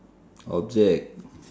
object